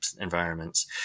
environments